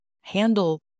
handle